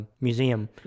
museum